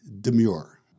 Demure